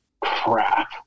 Crap